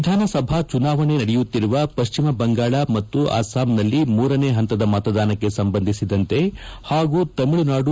ವಿಧಾನಸಭಾ ಚುನಾವಣೆ ನಡೆಯುತ್ತಿರುವ ಪಶ್ಚಿಮ ಬಂಗಾಳ ಮತ್ತು ಅಸ್ಸಾಂನಲ್ಲಿ ಮೂರನೇ ಹಂತದ ಮತದಾನಕ್ಕೆ ಸಂಬಂಧಿಸಿದಂತೆ ಹಾಗೂ ತಮಿಳುನಾಡು